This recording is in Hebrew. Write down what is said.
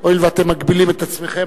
הואיל ואתם מגבילים את עצמכם,